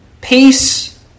Peace